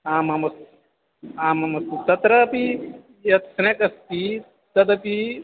आमाम् आममस्तु तत्रापि यत् रेक् अस्ति तदपि